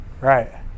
Right